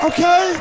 Okay